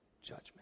judgment